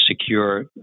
secure